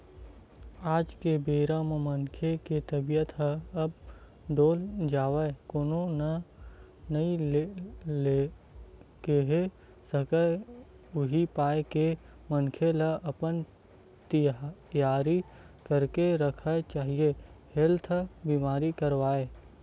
आज के बेरा म मनखे के तबीयत ह कब डोल जावय कोनो नइ केहे सकय उही पाय के मनखे ल अपन तियारी करके रखना चाही हेल्थ बीमा करवाके